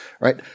right